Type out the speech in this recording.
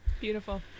Beautiful